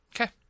Okay